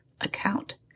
account